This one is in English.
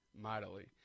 mightily